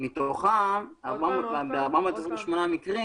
ב-428 מקרים